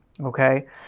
Okay